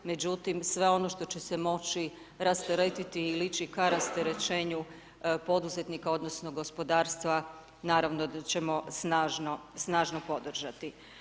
Međutim, sve ono što će se moći rasteretiti ili ići k rasterećenju poduzetnika odnosno gospodarstva naravno da ćemo snažno podržati.